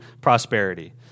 prosperity